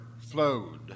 flowed